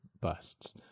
busts